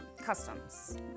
customs